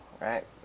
right